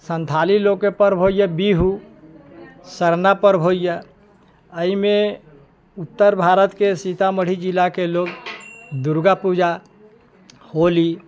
संथाली लोकके पर्ब होइया बीहू सरमा पर्ब होइया एहिमे उत्तर भारतके सीतामढ़ी जिलाके लोक दुर्गा पूजा होली